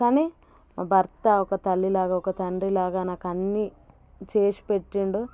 కానీ భర్త ఒక తల్లిలాగా ఒక తండ్రిలాగా నాకు అన్ని చేసి పెట్టారు